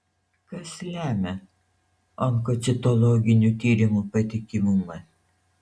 kas lemia onkocitologinių tyrimų patikimumą